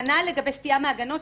כנ"ל לגבי סטייה מהגנות,